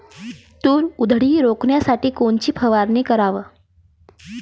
तूर उधळी रोखासाठी कोनची फवारनी कराव?